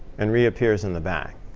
and reappears in the back.